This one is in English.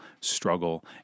struggle